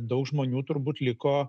daug žmonių turbūt liko